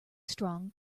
strong